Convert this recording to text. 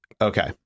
Okay